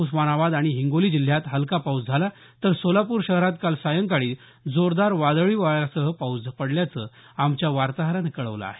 उस्मानाबाद आणि हिंगोली जिल्ह्यात हलका पाऊस झाला तर सोलापूर शहरात काल सायंकाळी जोरदार वादळी वाऱ्यासह पाऊस पडल्याचं आमच्या वार्ताहरानं कळवलं आहे